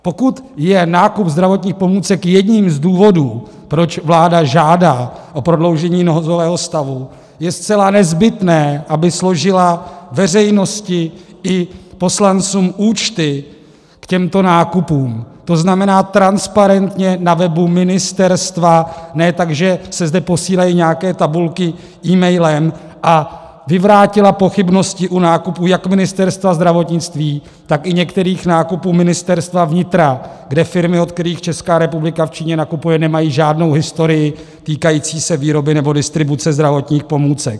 Pokud je nákup zdravotních pomůcek jedním z důvodů, proč vláda žádá o prodloužení nouzového stavu, je zcela nezbytné, aby složila veřejnosti i poslancům účty k těmto nákupům, to znamená transparentně na webu ministerstva, ne tak, že se zde posílají nějaké tabulky emailem, a vyvrátila pochybnosti o nákupu jak Ministerstva zdravotnictví, tak některých nákupů Ministerstva vnitra, kde firmy, od kterých Česká republika v Číně nakupuje, nemají žádnou historii týkající se výroby nebo distribuce zdravotních pomůcek.